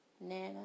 Nana